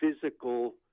physical